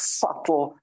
subtle